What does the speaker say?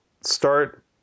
start